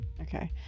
Okay